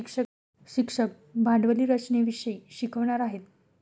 शिक्षक भांडवली रचनेविषयी शिकवणार आहेत